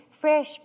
fresh